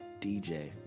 DJ